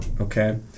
okay